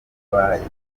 rwanda